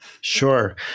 Sure